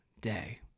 day